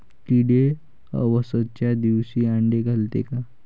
किडे अवसच्या दिवशी आंडे घालते का?